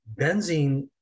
benzene